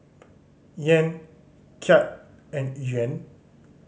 Yen Kyat and Yuan